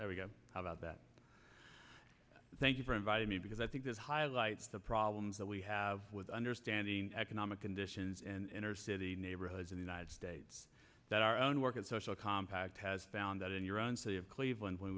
about that thank you for inviting me because i think this highlights the problems that we have with understanding economic conditions and inner city neighborhoods in the united states that our own work in social compact has found that in your own city of cleveland w